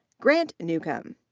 grant newcomb.